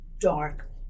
dark